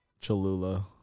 Cholula